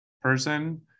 person